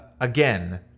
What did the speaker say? again